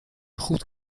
goed